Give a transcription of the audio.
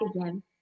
again